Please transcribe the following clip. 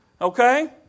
Okay